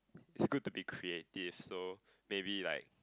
it's good to be creative so maybe like